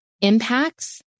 impacts